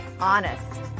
honest